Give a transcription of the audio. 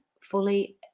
fully